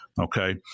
okay